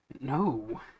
No